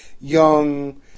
young